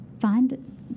Find